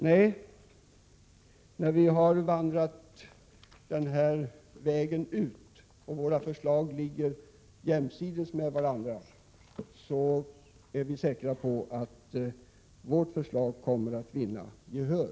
Nej, när vi har vandrat den här vägen ända ut och förslagen ligger jämsides med varandra, så är jag säker på att vårt förslag kommer att vinna gehör.